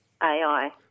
AI